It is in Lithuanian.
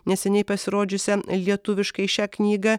neseniai pasirodžiusią lietuviškai šią knygą